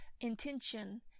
intention